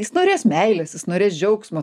jis norės meilės jis norės džiaugsmo